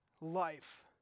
life